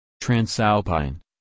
Transalpine